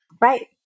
Right